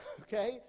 okay